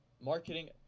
marketing